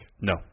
No